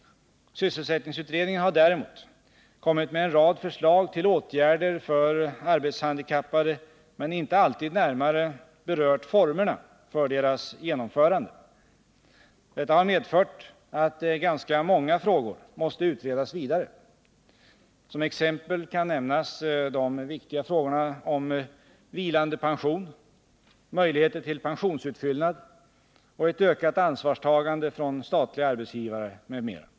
Sysselsättningsutredningen har däremot kommit med en rad förslag till åtgärder för arbetshandikappade men inte alltid närmare berört formerna för deras genomförande. Detta har medfört att ganska många frågor måste utredas vidare. Som exempel kan nämnas de viktiga frågorna om vilande pension, möjligheter till pensionsutfyllnad och ett ökat ansvarstagande från statliga arbetsgivare m.m.